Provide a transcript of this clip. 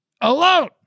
alone